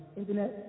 internet